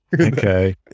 Okay